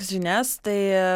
žinias tai